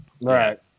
Right